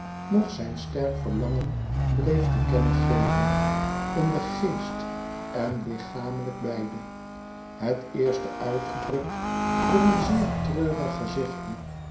nog zijn sterk verlangen bleef te kennen geven in den geest en lichamelijk beide het eerste uitgedrukt door een zeer treurig gezichtje